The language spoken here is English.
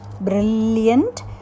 brilliant